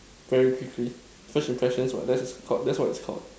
very quickly first impressions what that's what it's called that's what it's called